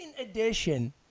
edition